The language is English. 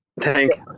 Tank